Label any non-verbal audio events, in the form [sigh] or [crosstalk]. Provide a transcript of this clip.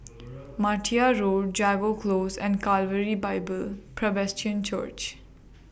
[noise] Martia Road Jago Close and Calvary Bible Presbyterian Church